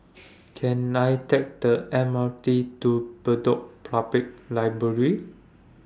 Can I Take The M R T to Bedok Public Library